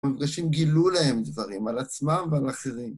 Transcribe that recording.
מפגשים גילו להם דברים על עצמם ועל אחרים.